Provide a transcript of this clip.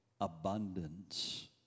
abundance